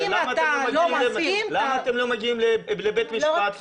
למה אתם לא מגיעים לבית משפט?